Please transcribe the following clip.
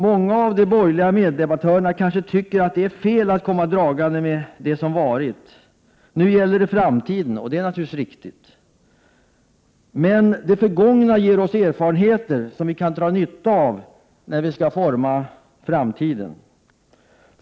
Många av mina borgerliga meddebattörer kanske tycker att det är fel att komma dragande med det som varit. Nu gäller det framtiden, och det är naturligtvis riktigt. Men det förgångna har gett oss erfarenheter, som vi har nytta av när vi skall utforma framtiden.